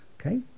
Okay